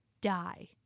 die